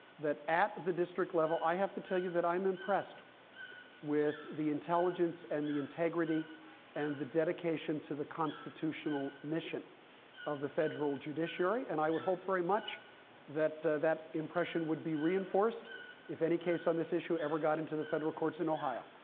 that at the district level i have to tell you that i'm impressed with the intelligence and the integrity and the dedication to the constitutional mission of the federal judiciary. and i would hope very much that that impression would be reinforced if any case on this issue ever got into the federal courts in ohio.